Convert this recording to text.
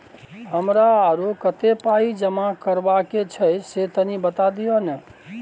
हमरा आरो कत्ते पाई जमा करबा के छै से तनी बता दिय न?